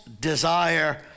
desire